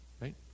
right